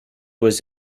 was